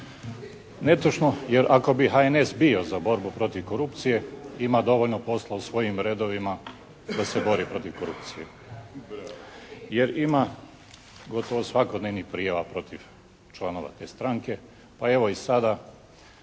Netočno, jer ako bi HNS bio za borbu protiv korupcije ima dovoljno posla u svojim redovima da se bori protiv korupcije. Jer ima gotovo svakodnevnih prijava protiv članova te stranke. Pa evo i sada